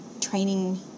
training